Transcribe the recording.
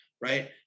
right